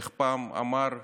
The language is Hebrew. איך אמר פעם